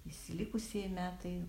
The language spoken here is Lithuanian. visi likusieji metai